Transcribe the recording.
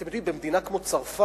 אתם יודעים, במדינה כמו צרפת,